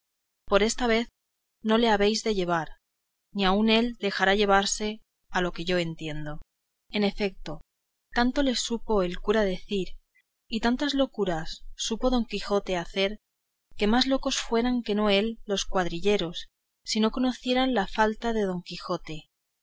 por esta vez no le habéis de llevar ni aun él dejará llevarse a lo que yo entiendo en efeto tanto les supo el cura decir y tantas locuras supo don quijote hacer que más locos fueran que no él los cuadrilleros si no conocieran la falta de don quijote